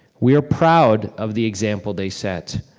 we are proud of the example they set.